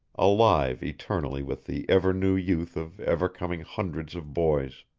alive eternally with the ever-new youth of ever-coming hundreds of boys.